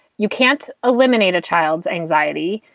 you can't eliminate a child's anxiety,